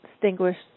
distinguished